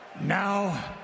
now